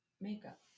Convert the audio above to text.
makeup